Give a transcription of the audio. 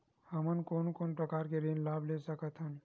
हमन कोन कोन प्रकार के ऋण लाभ ले सकत हन?